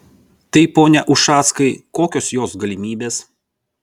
tai pone ušackai kokios jos galimybės